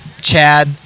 Chad